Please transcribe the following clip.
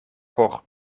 por